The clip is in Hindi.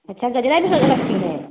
अच्छा गजरा अजरा भी रखती हैं